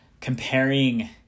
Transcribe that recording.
comparing